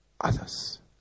others